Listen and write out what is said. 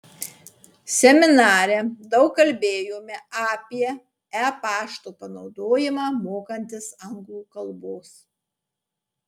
seminare daug kalbėjome apie e pašto panaudojimą mokantis anglų kalbos